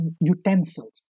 utensils